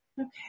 Okay